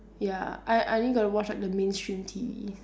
ya I I only get to watch like the mainstream T_V